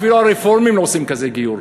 אפילו הרפורמים לא עושים כזה גיור.